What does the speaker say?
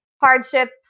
hardships